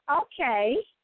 Okay